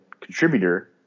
contributor